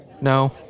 No